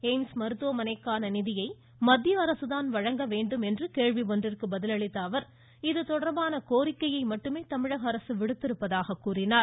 AIIMS மருத்துவமனைக்கான நிதியை மத்திய அரசு தான் வழங்க வேண்டும் என்று கேள்வி ஒன்றிற்கு பதிலளித்த அவர் இதுதொடர்பான கோரிக்கையை மட்டுமே தமிழக அரசு விடுத்திருப்பதாக கூறினார்